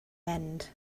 end